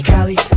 Cali